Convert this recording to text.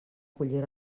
collir